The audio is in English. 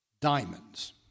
Diamonds